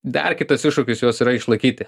dar kitas iššūkis juos yra išlaikyti